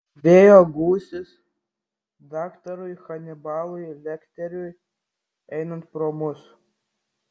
vėjo gūsis daktarui hanibalui lekteriui einant pro mus